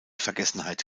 vergessenheit